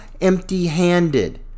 empty-handed